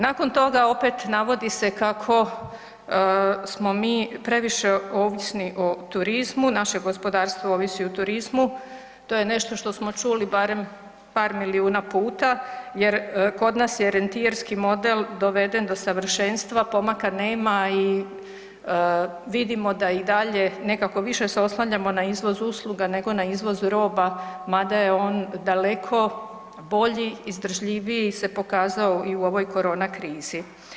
Nakon toga opet navodi se kako smo mi previše ovisni o turizmu, naše gospodarstvo ovisi o turizmu to je nešto što smo čuli barem par milijuna puta jer kod nas je rentirski model doveden do savršenstva, pomaka nema i vidimo da i dalje nekako više se oslanjamo na izvoz usluga nego na izvoz roba mada je on daleko bolji, izdržljiviji se pokazao i u ovoj korona krizi.